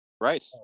Right